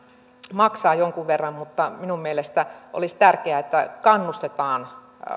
maksaa jonkun verran mutta minun mielestäni olisi tärkeää että kannustetaan